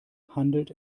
handelt